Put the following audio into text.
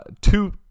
two